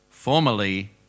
Formerly